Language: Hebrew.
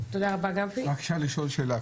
רק בבקשה לשאול שאלה.